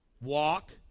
Walk